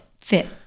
Fit